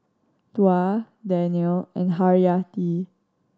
Tuah Daniel and Haryati